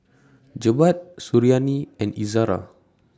Jebat Suriani and Izzara